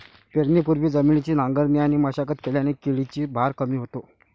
पेरणीपूर्वी जमिनीची नांगरणी आणि मशागत केल्याने किडीचा भार कमी होतो